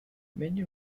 many